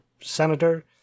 senator